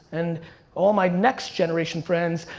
and all my next generation friends,